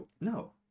No